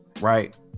Right